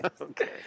Okay